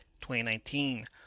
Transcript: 2019